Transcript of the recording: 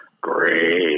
Great